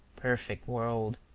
perfect world.